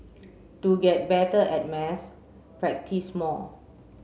to get better at maths practice more